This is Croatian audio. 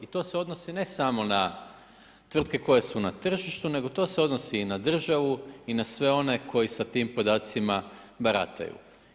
I to se odnosi ne samo, na tvrtke koje su na tržištu, nego to se odnosi i na državu i na sve one koji sa tim podacima barataju.